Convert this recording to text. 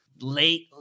Late